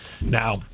Now